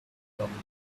governor